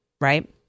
right